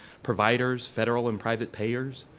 providers, federal and private payers,